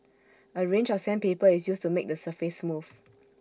A range of sandpaper is used to make the surface smooth